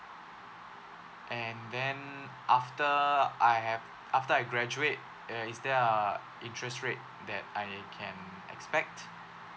and then after I have after I graduate uh is there uh interest rate that I can expect